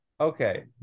Okay